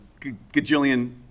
gajillion